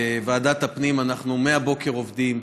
בוועדת הפנים אנחנו מהבוקר עובדים.